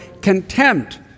contempt